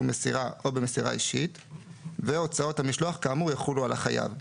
מסירה או במסירה אישית והוצאות המשלוח כאמור יחולו על החייב.